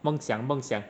梦想梦想